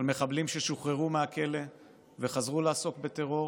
מחבלים ששוחררו מהכלא וחזרו לעסוק בטרור